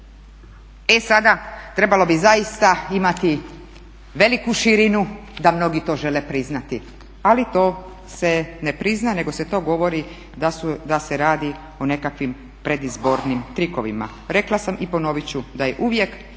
E sada trebalo bi zaista imati veliku širinu da mnogi to žele priznati, ali to se ne prizna, nego se to govori da se radi o nekakvim predizbornim trikovima. Rekla sam i ponovit ću da je uvijek